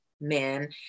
men